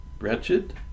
wretched